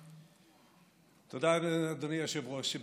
תודה, אדוני היושב-ראש.